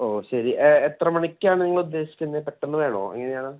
ഓ ശരി എത്ര മണിക്കാണ് നിങ്ങൾ ഉദ്ദേശിക്കുന്നത് പെട്ടെന്ന് വേണോ എങ്ങനെയാണ്